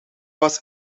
was